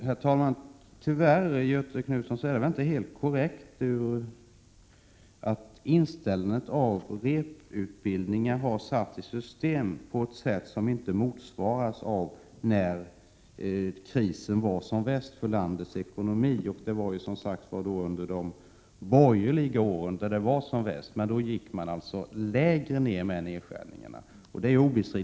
Herr talman! Tyvärr, Göthe Knutson, är det inte helt korrekt att inställandet av repetitionsutbildningar har satts i system på ett sätt som inte ens hade sin motsvarighet då krisen i landets ekonomi var som värst. Det var ju, vilket redan sagts, under de borgerliga åren som krisen var som värst, och då var nedskärningarna ännu större.